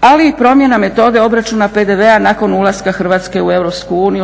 ali i promjena metode obračuna PDV-a nakon ulaska Hrvatske u EU,